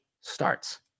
starts